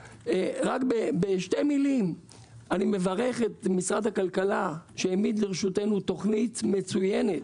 אני מברך את משרד הכלכלה על כך שהעמיד לרשותנו תוכנית מצוינת.